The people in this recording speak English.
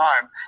time